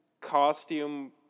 costume